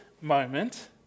moment